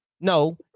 No